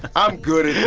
i'm good